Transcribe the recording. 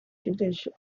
judicial